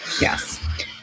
Yes